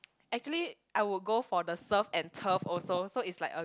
actually I will go for the Surf and Turf also so is like a